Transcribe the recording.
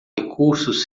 recursos